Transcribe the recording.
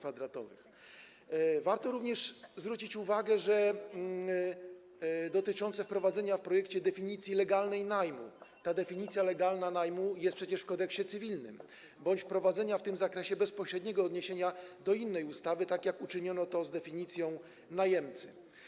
Warto również zwrócić uwagę na zagadnienie dotyczące wprowadzenia w projekcie definicji legalnej najmu, która to definicja legalna najmu jest przecież w Kodeksie cywilnym, bądź wprowadzenia w tym zakresie bezpośredniego odniesienia do innej ustawy, tak jak uczyniono to z definicją najemcy.